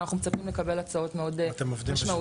ואנחנו מצפים לקבל הצעות מאוד משמעותיות.